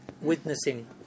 witnessing